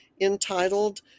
entitled